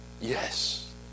Yes